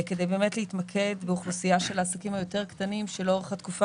כדי להתמקד באוכלוסייה של העסקים היותר קטנים שלאורך התקופה